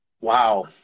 Wow